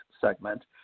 segment